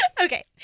Okay